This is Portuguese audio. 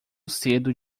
cedo